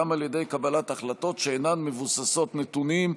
גם על ידי קבלת החלטות שאינן מבוססות נתונים.